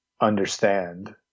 understand